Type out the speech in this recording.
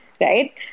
Right